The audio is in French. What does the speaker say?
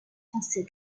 français